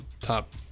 top